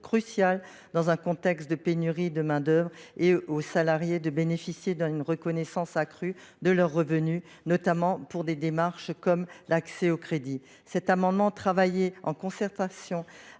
crucial dans un contexte de pénurie de main d’œuvre, et aux salariés de bénéficier d’une reconnaissance accrue de leurs revenus, notamment pour des démarches comme l’accès au crédit. Le dispositif de cet amendement, élaboré en concertation